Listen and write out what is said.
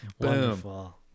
Wonderful